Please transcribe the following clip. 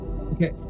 Okay